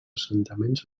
assentaments